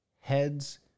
heads